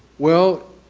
well,